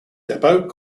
depot